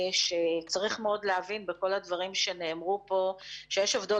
צריך מאוד להבין בכל הדברים שנאמרו פה שיש הבדל